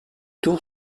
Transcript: tour